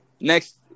next